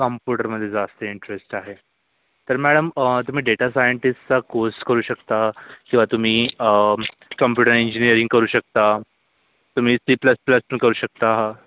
कम्प्युटरमध्ये जास्त इंटरेस्ट आहे तर मॅडम अं तुम्ही डेटा सायंटिस्टचा कोर्स करू शकता किंवा तुम्ही अं कम्प्युटर इंजिनिअरिंग करू शकता तुम्ही सी प्लस प्लस पण करू शकता